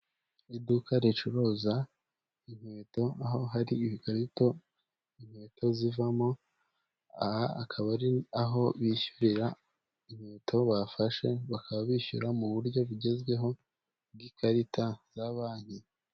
Iduka ricuruza inkweto, aho hari ibikarito inkweto zivamo, aha akaba ari aho bishyurira inkweto bafashe, bakaba bishyura mu buryo bugezweho bw'ikarita za banki.